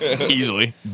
Easily